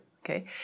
Okay